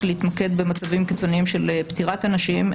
להתמקד במצבים קיצוניים של פטירת אנשים,